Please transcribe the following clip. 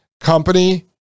company